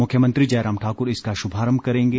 मुख्यमंत्री जयराम ठाकुर इसका शुभारंभ करेंगे